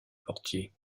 portier